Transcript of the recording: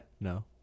No